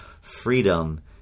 freedom